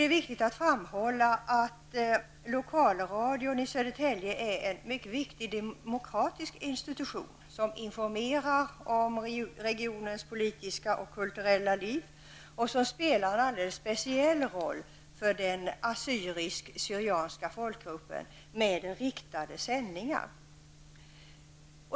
Det är viktigt att framhålla att lokalradion i Södertälje är en mycket viktig demokratisk institution som informerar om händelser i regionens politiska och kulturella liv och som spelar en alldeles speciell roll när det gäller den assyrisksyrianska folkgruppen där med riktade sändningar.